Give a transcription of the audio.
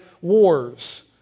wars